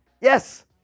Yes